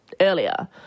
earlier